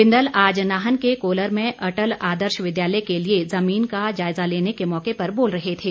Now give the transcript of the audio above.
बिंदल आज नाहन के कोलर में अटल आदर्श विद्यालय के लिए जुमीन का जायज़ा लेने के मौके पर बोल रहे थे